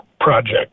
project